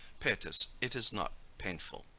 paetus, it is not painful.